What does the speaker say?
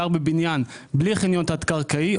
גר בבניין בלי חניון תת קרקעי,